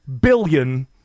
billion